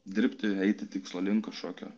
dirbti eiti tikslo link kažkokio